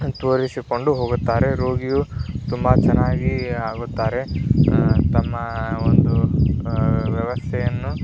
ತೋರಿಸಿಕೊಂಡು ಹೋಗುತ್ತಾರೆ ರೋಗಿಯು ತುಂಬ ಚೆನ್ನಾಗಿ ಆಗುತ್ತಾರೆ ತಮ್ಮ ಒಂದು ವ್ಯವಸ್ಥೆಯನ್ನು